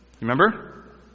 Remember